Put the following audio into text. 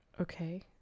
Okay